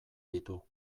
ditu